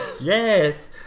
yes